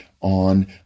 on